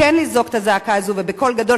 כן לזעוק את הזעקה הזו ובקול גדול,